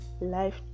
life